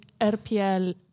RPL